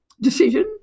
decision